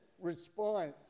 response